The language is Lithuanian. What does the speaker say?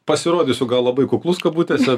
pasirodysiu gal labai kuklus kabutėse